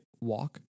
walk